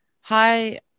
hi